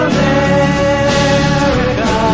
America